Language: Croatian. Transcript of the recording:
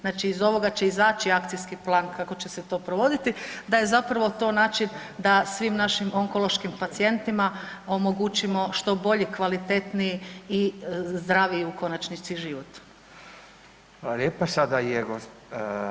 Znači iz ovoga će izaći akcijski plan kako će se to provoditi, da je zapravo to način da svim našim onkološkim pacijentima omogućimo što bolji, kvalitetniji i zdraviji u konačnici život.